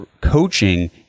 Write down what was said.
coaching